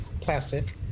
plastic